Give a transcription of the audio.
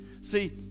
see